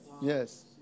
Yes